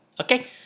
Okay